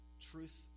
truth